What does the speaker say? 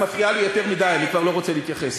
את מפריעה לי יותר מדי, אני כבר לא רוצה להתייחס.